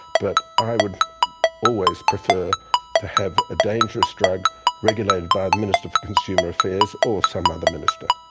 but i would always prefer to have a dangerous drug regulated by the minister for consumer affairs or some other minister.